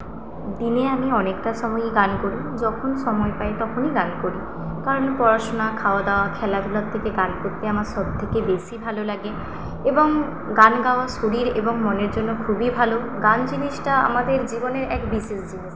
দিনে আমি অনেকটা সময়ই গান করি যখন সময় পাই তখনই গান করি কারণ পড়াশুনা খাওয়া দাওয়া খেলাধুলার থেকে গান করতে আমার সবথেকে বেশি ভালো লাগে এবং গান গাওয়া শরীর এবং মনের জন্য খুবই ভালো গান জিনিসটা আমাদের জীবনের এক বিশেষ জিনিস